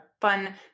fun